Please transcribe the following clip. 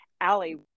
Allie